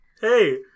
Hey